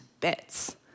bits